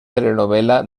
telenovela